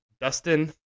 Dustin